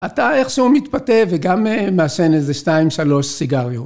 אתה איכשהו מתפתה וגם מעשן איזה שתיים שלוש סיגריות.